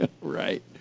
right